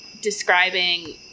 describing